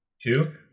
two